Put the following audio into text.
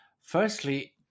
Firstly